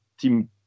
team